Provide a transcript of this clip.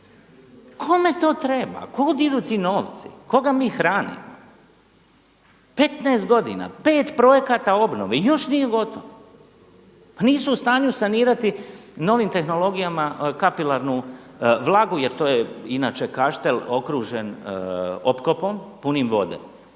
Kome to treba? Kuda idu ti novci? Koga mi hranimo? 15 godina. 5 projekata obnove i još nije gotovo. Pa nisu u stanju sanirati novim tehnologijama kapilarnu vlagu jer to je inače kaštel okružen opkopom punim vode.